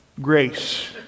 Grace